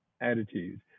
attitude